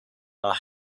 are